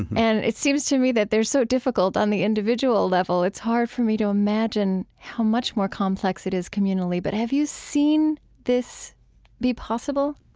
and it seems to me that they're so difficult on the individual level, it's hard for me to imagine how much more complex it is communally. but have you seen this be possible?